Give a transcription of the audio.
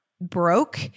broke